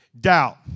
doubt